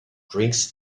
drinks